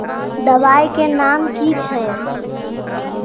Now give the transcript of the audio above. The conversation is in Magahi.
दबाई के नाम की छिए?